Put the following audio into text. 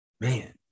Man